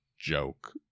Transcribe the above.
joke